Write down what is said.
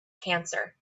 cancer